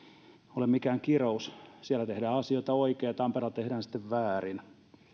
ole mikään kirous siellä tehdään asioita oikein ja tampereella tehdään sitten väärin